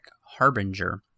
Harbinger